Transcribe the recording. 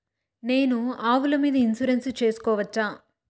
నేను ఆవుల మీద ఇన్సూరెన్సు సేసుకోవచ్చా?